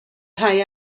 rhai